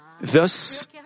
Thus